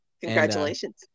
Congratulations